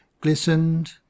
glistened